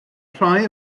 rhai